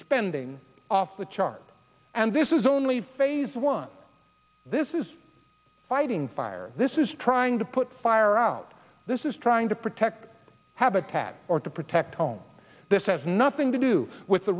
spending off the chart and this is only phase one this is fighting fire this is trying to put the fire out this is trying to protect habitat or to protect home this has nothing to do with the